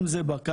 אם זה בקיץ,